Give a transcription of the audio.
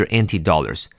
anti-dollars